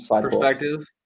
perspective